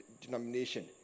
denomination